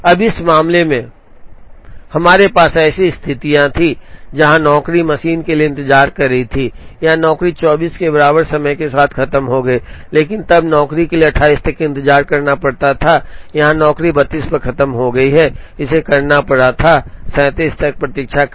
अब इस मामले में हमारे पास ऐसी स्थितियां थीं जहां नौकरी मशीन के लिए इंतजार कर रही थी यह नौकरी 24 के बराबर समय के साथ खत्म हो गई थी लेकिन तब नौकरी के लिए 28 तक इंतजार करना पड़ता था यहां नौकरी 32 पर खत्म हो गई थी इसे करना पड़ा था 37 तक प्रतीक्षा करें